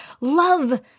love